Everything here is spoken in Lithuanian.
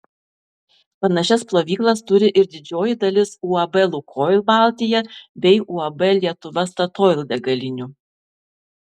panašias plovyklas turi ir didžioji dalis uab lukoil baltija bei uab lietuva statoil degalinių